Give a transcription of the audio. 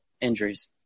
injuries